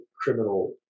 criminal